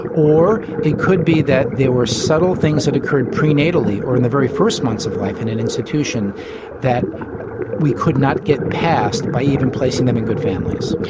or it could be that there were subtle things that occurred prenatally or in the very first months of life in an institution that we could not get past by even placing them in good families.